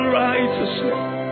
righteousness